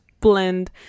blend